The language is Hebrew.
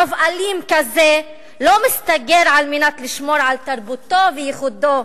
רוב אלים כזה לא מסתגר על מנת לשמור על תרבותו וייחודו.